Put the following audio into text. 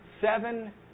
seven